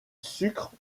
sucre